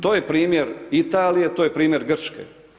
To je primjer Italije, to je primjer Grčke.